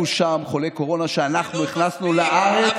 שם חולי קורונה שאנחנו הכנסנו לארץ,